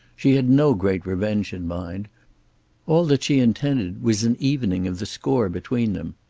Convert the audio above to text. she had no great revenge in mind all that she intended was an evening of the score between them.